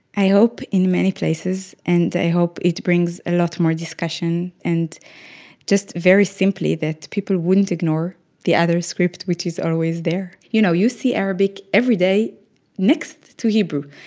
i hope in many places, and i hope it brings a lot more discussion, and just very simply that people wouldn't ignore the other script which is always there. you know you see arabic everyday next to hebrew.